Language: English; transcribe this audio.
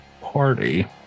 party